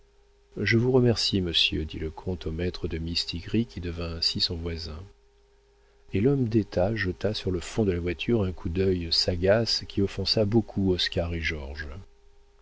je vous remercie monsieur dit le comte au maître de mistigris qui devint ainsi son voisin et l'homme d'état jeta sur le fond de la voiture un coup d'œil sagace qui offensa beaucoup